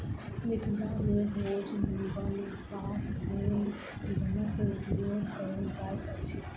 मिथिला मे बोझ बन्हबाक लेल जुन्नाक उपयोग कयल जाइत अछि